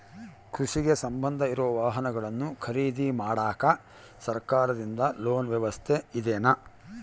ಕೃಷಿಗೆ ಸಂಬಂಧ ಇರೊ ವಾಹನಗಳನ್ನು ಖರೇದಿ ಮಾಡಾಕ ಸರಕಾರದಿಂದ ಲೋನ್ ವ್ಯವಸ್ಥೆ ಇದೆನಾ?